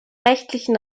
rechtlichen